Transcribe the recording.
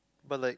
but like